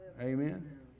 Amen